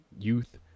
Youth